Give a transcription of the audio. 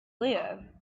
live